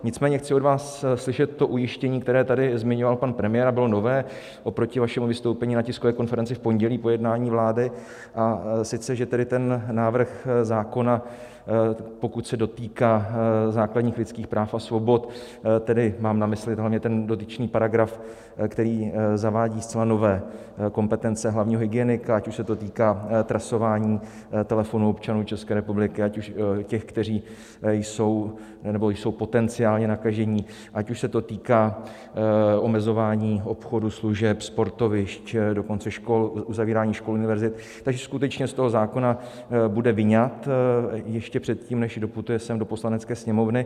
Nicméně chci od vás slyšet to ujištění, které tady zmiňoval pan premiér a bylo nové oproti vašemu vystoupení na tiskové konferenci v pondělí po jednání vlády, a sice že ten návrh zákona, pokud se dotýká základních lidských práv a svobod tedy mám na mysli hlavně ten dotyčný paragraf, který zavádí zcela nové kompetence hlavního hygienika, ať už se to týká trasování telefonů občanů České republiky, ať těch, kteří jsou, nebo jsou potenciálně nakažení, ať už se to týká omezování obchodu, služeb, sportovišť, dokonce škol, uzavírání škol, univerzit , bude skutečně z toho zákona vyňat ještě předtím, než doputuje sem do Poslanecké sněmovny.